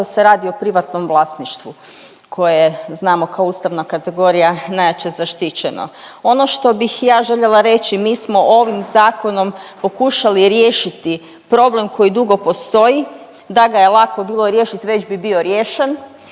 iako se radi o privatnom vlasništvu koje je znamo kao ustavna kategorija najjače zaštićeno. Ono što bih ja željela reći, mi smo ovim zakonom pokušali riješiti problem koji dugo postoji. Da ga je lako bilo riješiti već bi bio riješen.